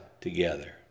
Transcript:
together